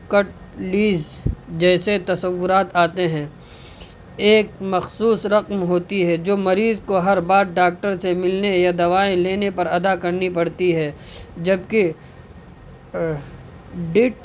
کٹلیز جیسے تصورات آتے ہیں ایک مخصوص رقم ہوتی ہے جو مریض کو ہر بار ڈاکٹر سے ملنے یا دوائیں لینے پر ادا کرنی پڑتی ہے جبکہ ڈٹ